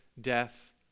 death